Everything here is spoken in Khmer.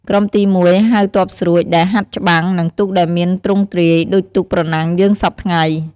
ក្រុមទី១ ហៅ ទ័ពស្រួច ដែលហាត់ច្បាំង និងទូកដែលមានទ្រង់ទ្រាយ ដូចទូកប្រណាំងយើងសព្វថ្ងៃ។